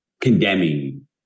Condemning